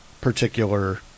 particular